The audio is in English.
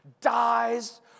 dies